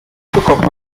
bekommt